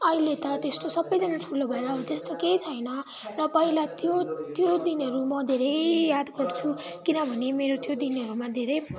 अहिले त त्यस्तो सबैजना ठुलो भएर त्यस्तो केही छैन र पहिला त्यो त्यो दिनहरू म धेरै याद गर्छु किनभने मेरो त्यो दिनहरूमा धेरै